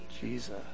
Jesus